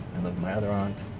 my other aunt.